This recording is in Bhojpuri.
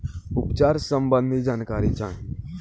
उपचार सबंधी जानकारी चाही?